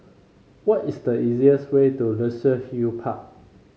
what is the easiest way to Luxus Hill Park